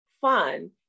fun